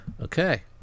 Okay